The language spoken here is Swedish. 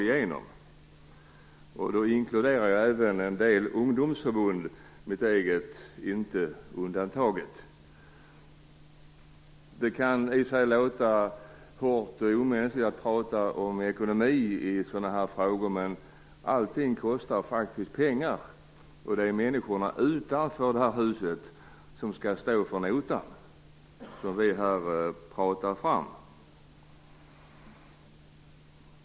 Jag tänker då även på en del ungdomsförbund, det moderata inte undantaget. Det kan låta hårt och omänskligt att tala om ekonomi i sådana här sammanhang, men allting kostar faktiskt pengar, och det är människorna utanför det här huset som skall stå för den nota som vi tar fram.